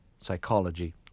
psychology